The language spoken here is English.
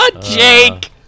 Jake